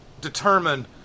determine